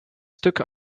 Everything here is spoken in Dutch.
stuk